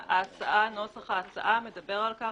נוסח ההצעה מדבר על כך